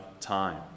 time